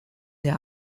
der